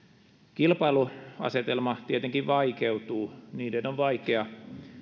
kilpailuasetelma tietenkin vaikeutuu niiden on vaikea